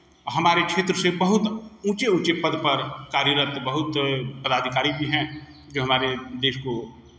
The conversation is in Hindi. हमारे क्षेत्र से बहुत ऊंचे ऊंचे पद पर कार्यरत बहुत पदाधिकारी भी हैं जो हमारे देश को